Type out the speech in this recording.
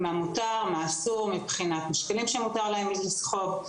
מה מותר ומה אסור מבחינת משקלים שמותר להם לסחוב,